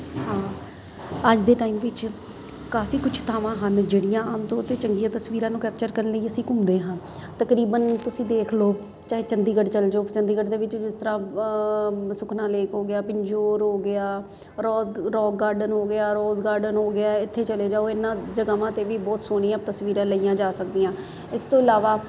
ਹਾਂ ਅੱਜ ਦੇ ਟਾਈਮ ਵਿੱਚ ਕਾਫੀ ਕੁਛ ਥਾਵਾਂ ਹਨ ਜਿਹੜੀਆਂ ਆਮ ਤੌਰ 'ਤੇ ਚੰਗੀਆਂ ਤਸਵੀਰਾਂ ਨੂੰ ਕੈਪਚਰ ਕਰਨ ਲਈ ਅਸੀਂ ਘੁੰਮਦੇ ਹਾਂ ਤਕਰੀਬਨ ਤੁਸੀਂ ਦੇਖ ਲਓ ਚਾਹੇ ਚੰਡੀਗੜ੍ਹ ਚਲੇ ਜਾਓ ਚੰਡੀਗੜ੍ਹ ਦੇ ਵਿੱਚ ਜਿਸ ਤਰ੍ਹਾਂ ਸੁਖਨਾ ਲੇਕ ਹੋ ਗਿਆ ਪਿੰਜੋਰ ਹੋ ਗਿਆ ਰੋਜ਼ ਰੋਕ ਗਾਰਡਨ ਹੋ ਗਿਆ ਰੋਜ਼ ਗਾਰਡਨ ਹੋ ਗਿਆ ਇੱਛੇ ਚਲੇ ਜਾਓ ਇਹਨਾਂ ਜਗ੍ਹਾਵਾਂ 'ਤੇ ਵੀ ਬਹੁਤ ਸੋਹਣੀਆਂ ਤਸਵੀਰਾਂ ਲਈਆਂ ਜਾ ਸਕਦੀਆਂ ਇਸ ਤੋਂ ਇਲਾਵਾ